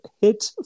hit